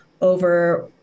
over